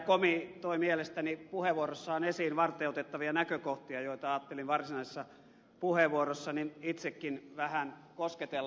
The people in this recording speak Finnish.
komi toi mielestäni puheenvuorossaan esiin varteenotettavia näkökohtia joita ajattelin varsinaisessa puheenvuorossani itsekin vähän kosketella